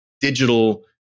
digital